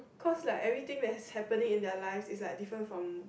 cause like everything that's happening in their life is like different from